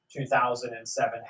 2007